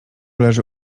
leży